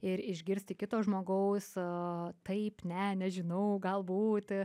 ir išgirsti kito žmogaus taip ne nežinau galbūt